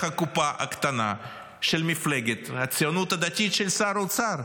הקופה הקטנה של מפלגת הציונות הדתית של שר האוצר.